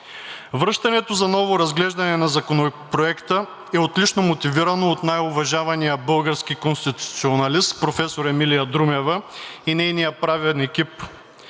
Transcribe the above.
Връщането за ново разглеждане на Законопроекта е отлично мотивирано от най-уважавания български конституционалист професор Емилия Друмева и нейния правен екип.